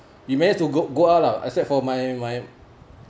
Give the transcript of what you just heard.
you may have to go go out lah except for my my